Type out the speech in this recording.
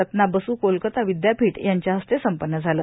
रत्ना बसू कोलकाता विद्यापीठ यांच्या हस्ते संपन्न झाला